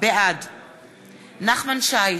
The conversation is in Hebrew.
בעד נחמן שי,